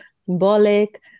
symbolic